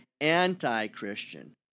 anti-Christian